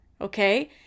Okay